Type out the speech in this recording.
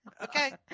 Okay